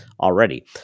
already